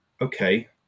okay